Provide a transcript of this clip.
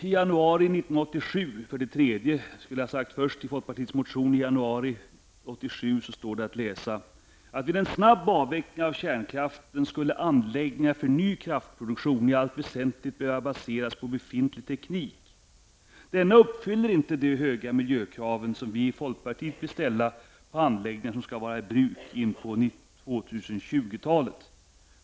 För det tredje står det i folkpartiets motion från januari 1987 att läsa: ''Vid en snabb avveckling av kärnkraften skulle anläggningar för ny kraftproduktion i allt väsentligt behöva baseras på befintlig teknik. Denna uppfyller inte de höga miljökrav som vi i folkpartiet vill ställa på anläggningar som skall vara i drift in på 2020-talet.''